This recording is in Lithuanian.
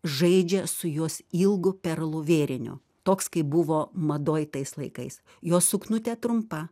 žaidžia su jos ilgu perlų vėriniu toks kaip buvo madoj tais laikais jos suknutė trumpa